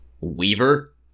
Weaver